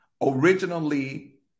originally